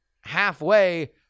halfway